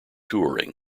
touring